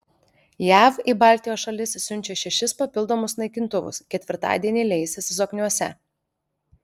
jav į baltijos šalis siunčia šešis papildomus naikintuvus ketvirtadienį leisis zokniuose